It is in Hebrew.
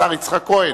השר יצחק כהן,